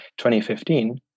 2015